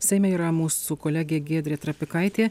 seime yra mūsų kolegė giedrė trapikaitė